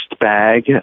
bag